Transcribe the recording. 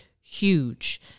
huge